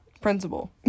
Principal